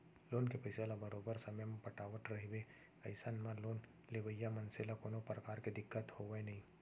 loan के पइसा ल बरोबर समे म पटावट रहिबे अइसन म लोन लेवइया मनसे ल कोनो परकार के दिक्कत होवय नइ